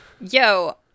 Yo